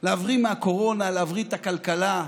להבריא מהקורונה, להבריא את הכלכלה,